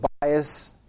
bias